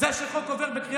לעצור את החקיקה.